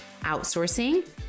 outsourcing